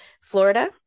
Florida